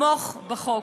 לתמוך בחוק.